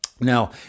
Now